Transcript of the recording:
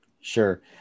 Sure